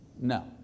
No